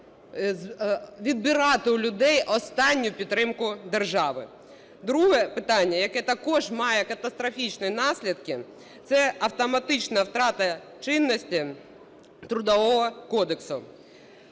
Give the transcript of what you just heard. відбирати у людей останню підтримку держави. Друге питання, яке також має катастрофічні наслідки – це автоматична втрати чинності Трудового кодексу.